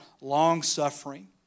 long-suffering